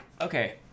Okay